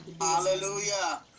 Hallelujah